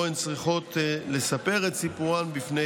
שבו הם צריכים לספר את סיפורם בפני